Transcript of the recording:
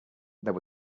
there